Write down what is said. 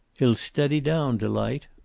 he'll steady down, delight.